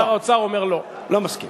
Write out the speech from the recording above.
שר האוצר אומר: לא.